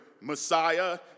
Messiah